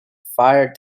fire